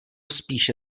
spíše